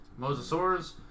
Mosasaurus